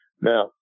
Now